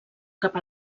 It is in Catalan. cap